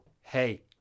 hey